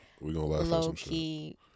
low-key